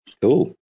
Cool